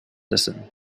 listen